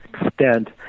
extent